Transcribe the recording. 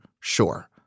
sure